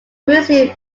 museum